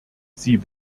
sie